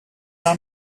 run